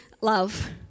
love